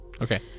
Okay